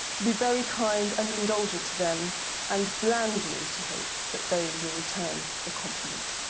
to be very kind and indulgent to them and blandly to hope that they will return the compliment.